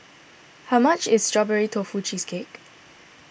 how much is Strawberry Tofu Cheesecake